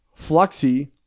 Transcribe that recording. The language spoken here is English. Fluxy